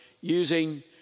using